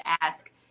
ask